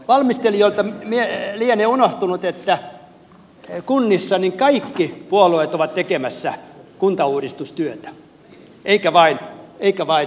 valmistelijoilta lienee unohtunut että kunnissa kaikki puolueet ovat tekemässä kuntauudistustyötä eivätkä vain hallituspuolueet